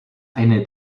eine